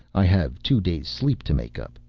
i have two days sleep to make up.